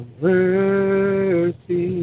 mercy